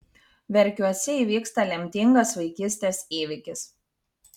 verkiuose įvyksta lemtingas vaikystės įvykis